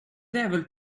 devil